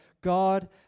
God